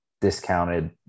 discounted